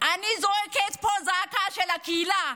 אני זועקת פה את הזעקה של הקהילה: